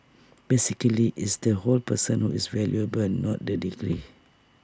basically it's the whole person who is valuable not the degree